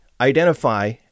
identify